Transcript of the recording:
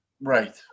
Right